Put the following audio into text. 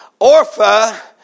Orpha